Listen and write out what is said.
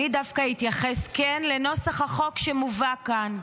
אני דווקא אתייחס כן לנוסח החוק שמובא כאן.